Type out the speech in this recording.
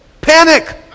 Panic